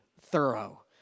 thorough